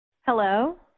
Hello